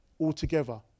altogether